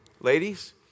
ladies